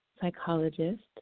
psychologist